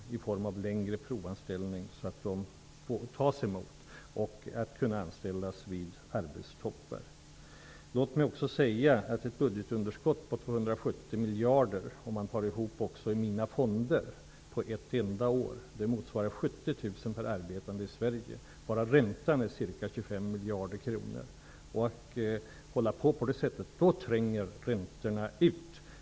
Vi föreslår längre provanställning, så att de tas emot och kan anställas vid arbetstoppar. Låt mig också säga att ett budgetunderskott på 270 miljarder, tillsammans med det som finns i mina fonder, på ett enda år motsvarar 70 000 kr per arbetande svensk. Bara räntan är ca 25 miljarder kronor. Om man håller på på det sättet tränger räntorna ut.